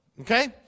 okay